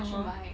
(uh huh)